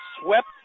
swept